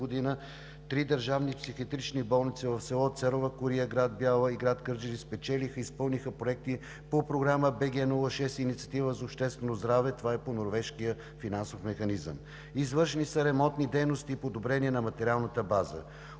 Три държавни психиатрични болници – в село Церова кория, град Бяла и град Кърджали, спечелиха и изпълниха проекти по програма БГ 07 „Инициатива за обществено здраве“. Това е по Норвежкия финансов механизъм. Извършени са ремонтни дейности и подобрения на материалната база.